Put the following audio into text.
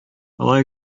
алай